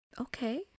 Okay